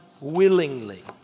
willingly